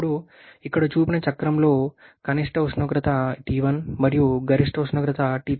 ఇప్పుడు ఇక్కడ చూపిన చక్రంలో కనిష్ట ఉష్ణోగ్రత T1 మరియు గరిష్ట ఉష్ణోగ్రత T3